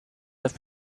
have